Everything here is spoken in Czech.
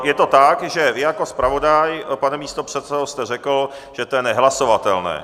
Je to tak, že vy jako zpravodaj, pane místopředsedo, jste řekl, že to je nehlasovatelné.